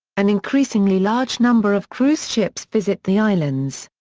an increasingly large number of cruise ships visit the islands.